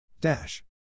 Dash